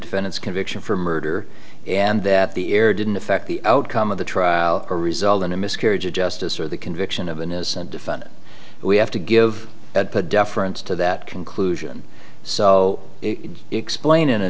defendant's conviction for murder and that the air didn't affect the outcome of the trial or result in a miscarriage of justice or the conviction of an innocent defendant we have to give deference to that conclusion so explain in a